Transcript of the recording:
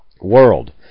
World